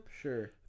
Sure